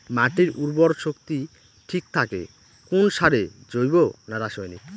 মাটির উর্বর শক্তি ঠিক থাকে কোন সারে জৈব না রাসায়নিক?